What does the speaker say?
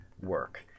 work